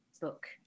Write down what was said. book